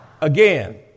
Again